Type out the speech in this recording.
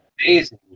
amazing